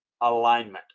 alignment